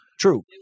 True